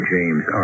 James